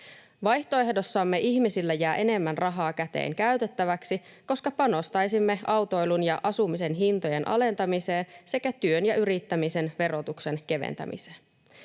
Vaihtoehdossamme ihmisille jää enemmän rahaa käteen käytettäväksi, koska panostaisimme autoilun ja asumisen hintojen alentamiseen sekä työn ja yrittämisen verotuksen keventämiseen.